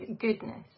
goodness